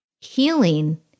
Healing